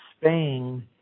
Spain